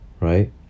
right